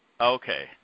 Okay